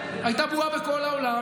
הייתה בועה בכל העולם,